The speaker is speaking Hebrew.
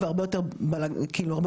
אבל אנחנו לא נפתח את זה כרגע פה,